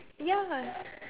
ya